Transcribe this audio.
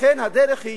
לכן, הדרך היא